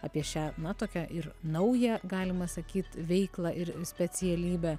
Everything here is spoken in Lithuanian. apie šią na tokią ir naują galima sakyt veiklą ir i specialybę